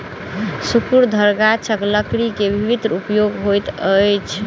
शंकुधर गाछक लकड़ी के विभिन्न उपयोग होइत अछि